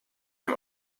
dem